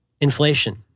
Inflation